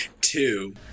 Two